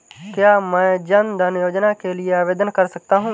क्या मैं जन धन योजना के लिए आवेदन कर सकता हूँ?